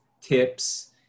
tips